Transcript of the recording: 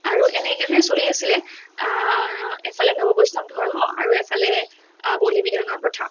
আৰু এনেকেইদিনেই চলি আছিলে এফালে নৱ বৈষ্ণৱ ধৰ্ম আৰু এফালে বলি বিধানৰ প্ৰথা